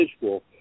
visual